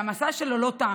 המסע שלו לא תם,